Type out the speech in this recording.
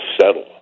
settle